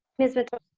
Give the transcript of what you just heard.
miss metoyer.